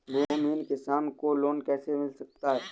भूमिहीन किसान को लोन कैसे मिल सकता है?